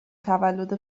تولد